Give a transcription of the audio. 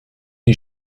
die